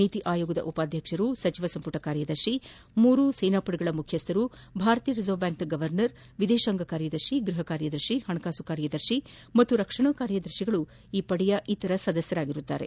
ನೀತಿ ಆಯೋಗದ ಉಪಾಧ್ಯಕ್ಷರು ಸಚಿವ ಸಂಪುಟ ಕಾರ್ಯದರ್ಶಿ ಮೂರು ಸೇನಾಪಡೆಗಳ ಮುಖ್ಯಸ್ಥರು ಭಾರತೀಯ ರಿಸರ್ವ್ ಬ್ಯಾಂಕ್ ಗವರ್ನರ್ ವಿದೇಶಾಂಗ ಕಾರ್ಯದರ್ಶಿ ಗೃಹ ಕಾರ್ಯದರ್ಶಿ ಹಣಕಾಸು ಕಾರ್ಯದರ್ಶಿ ಮತ್ತು ರಕ್ಷಣಾ ಕಾರ್ಯದರ್ತಿಗಳು ಪಡೆಯ ಇತರ ಸದಸ್ನರಾಗಿರುತ್ತಾರೆ